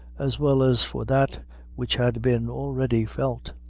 as well as for that which had been already felt.